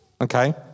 Okay